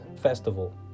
festival